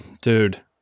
Dude